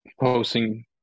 posting